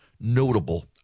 notable